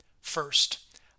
First